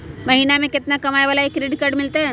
महीना में केतना कमाय वाला के क्रेडिट कार्ड मिलतै?